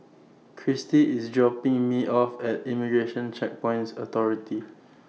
Christie IS dropping Me off At Immigration Checkpoints Authority